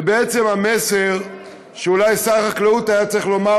ובעצם המסר שאולי שר החקלאות היה צריך לומר